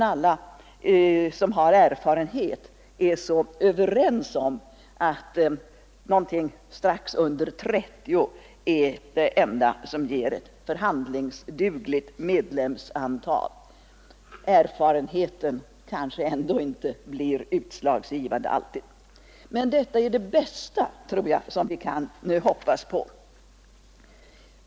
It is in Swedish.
Alla som har erfarenhet är överens om att någonting strax under 30 är det enda medlemsantal som ger ett förhandlingsdugligt organ. Erfarenheten blir dock kanske inte alltid utslagsgivande. Detta är tror jag, det bästa som vi kan hoppas på.